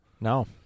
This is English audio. no